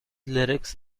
lyrics